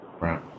right